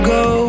go